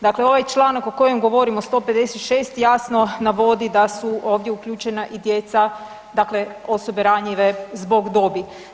Dakle, ovaj članak o kojem govorimo 156. jasno navodi da su ovdje uključena i djeca, dakle osobe ranjive zbog dobi.